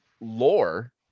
lore